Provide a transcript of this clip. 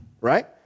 right